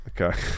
Okay